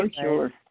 Sure